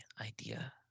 idea